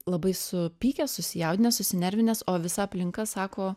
labai supykęs susijaudinęs susinervinęs o visa aplinka sako